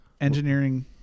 engineering